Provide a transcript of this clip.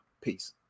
Peace